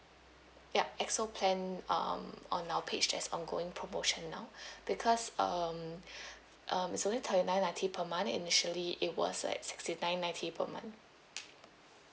ya X O plan um on our page that's ongoing promotion now because um um it's only thirty nine ninety per month initially it was like sixty nine ninety per month